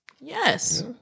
Yes